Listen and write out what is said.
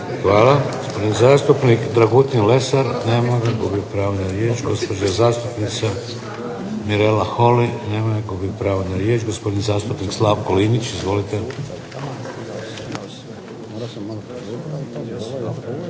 Hvala. Zastupnik Dragutin Lesar. Nema ga, gubi pravo na riječ. Gospođa zastupnica Mirela Holy. Nema je, gubi pravo na riječ. Gospodin zastupnik Slavko Linić, izvolite.